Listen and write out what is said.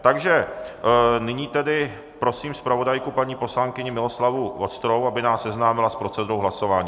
Takže nyní tedy prosím zpravodajku poslankyni Miloslavu Vostrou, aby nás seznámila s procedurou hlasování.